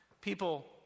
people